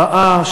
רעה,